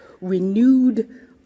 renewed